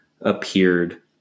appeared